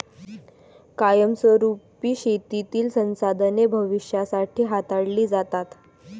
कायमस्वरुपी शेतीतील संसाधने भविष्यासाठी हाताळली जातात